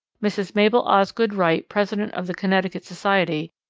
mrs. mabel osgood wright, president of the connecticut society,